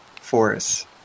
forests